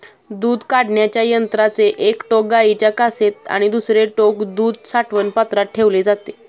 दूध काढण्याच्या यंत्राचे एक टोक गाईच्या कासेत आणि दुसरे टोक दूध साठवण पात्रात ठेवले जाते